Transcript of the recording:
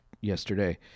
yesterday